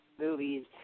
movies